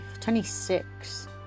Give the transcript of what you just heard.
twenty-six